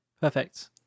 Perfect